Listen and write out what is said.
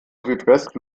südwest